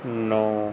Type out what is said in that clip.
ਨੌਂ